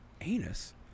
Anus